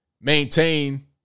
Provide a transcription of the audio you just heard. maintain